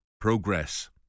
Progress